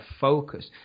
focus